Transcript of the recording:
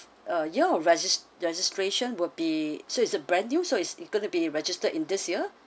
uh of reges~ registration will be so is it brand new so it's going to be registered in this year